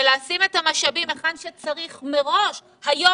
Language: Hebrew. זה לשים את המשאבים היכן שצריך מראש היום.